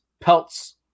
pelts